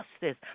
justice